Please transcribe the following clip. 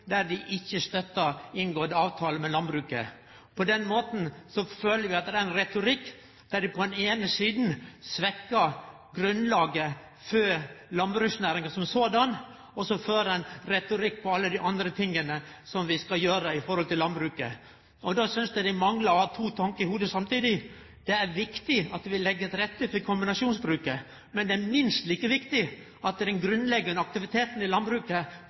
der dei ikkje støttar avtalar inngått med landbruket. På den måten føler vi at det er ein retorikk der dei på den eine sida svekkjer grunnlaget for landbruksnæringa, og så fører ein retorikk på alle dei andre tinga som vi skal gjere i forhold til landbruket. Då synest eg dei manglar det å ha to tankar i hovudet samtidig. Det er viktig at vi legg til rette for kombinasjonsbruket, men det er minst like viktig at den grunnleggjande aktiviteten i landbruket